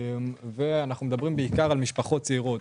כשאנחנו מדברים בעיקר על משפחות צעירות.